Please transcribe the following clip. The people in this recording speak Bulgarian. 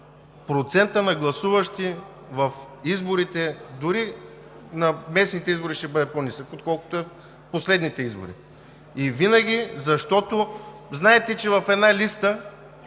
процентът на гласуващи в изборите, дори на местните избори ще бъде по-нисък, отколкото е на последните избори, защото, знаете, че в една листа